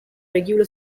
regular